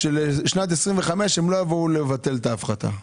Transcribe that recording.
סכום האגרה השנתית לשנים 2023 ו-2024 יהיה בשיעור של 70%,